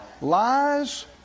Lies